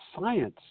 science